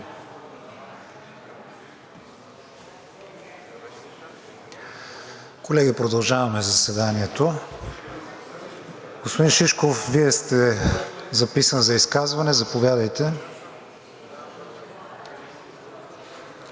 Колеги, продължаваме заседанието. Господин Шишков, Вие сте записан за изказване. Заповядайте.